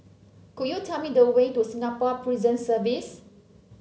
could you tell me the way to Singapore Prison Service